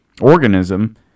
organism